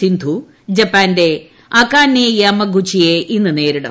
സിന്ധു ജപ്പാന്റെ അകാനെ യാമാഗുച്ചിയെ ഇന്ന് നേരിടും